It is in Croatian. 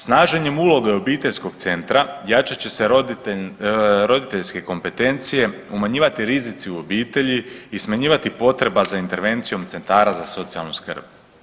Snaženjem uloge obiteljskog centra jačat će se roditeljske kompetencije, umanjivati rizici u obitelji i smanjivati potreba za intervencijom centara za socijalnu skrb.